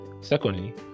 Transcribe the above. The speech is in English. Secondly